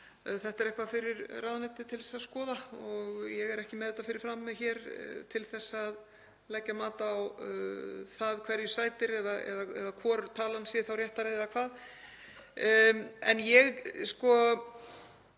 Þetta er eitthvað fyrir ráðuneytið til að skoða. Ég er ekki með neitt fyrir framan mig til að leggja mat á það hverju sætir eða hvor talan sé réttari eða hvað. En ég get